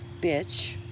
bitch